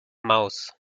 mouse